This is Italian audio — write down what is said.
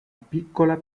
piccola